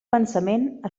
pensament